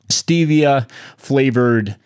stevia-flavored